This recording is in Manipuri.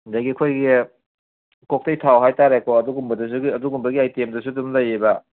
ꯑꯗꯒꯤ ꯑꯩꯈꯣꯏꯒꯤ ꯀꯣꯛꯇꯩ ꯊꯥꯎ ꯍꯥꯏꯇꯥꯔꯦꯀꯣ ꯑꯗꯨꯒꯨꯝꯕꯗꯁꯨ ꯑꯗꯨꯒꯨꯝꯕꯒꯤ ꯑꯥꯏꯇꯦꯝꯗꯁꯨ ꯑꯗꯨꯝ ꯂꯩꯌꯦꯕ